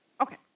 Okay